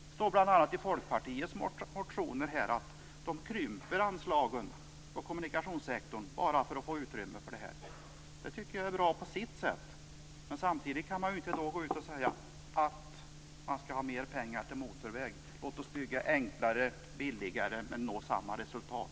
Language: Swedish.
Det står bl.a. i Folkpartiets motioner att de krymper anslagen till kommunikationssektorn bara för att få utrymme för det här. Det tycker jag är bra på sitt sätt. Men samtidigt kan man inte då gå ut och säga att man skall ha mer pengar till motorväg. Låt oss bygga enklare och billigare men nå samma resultat!